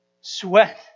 sweat